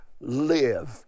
live